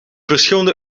verschillende